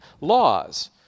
laws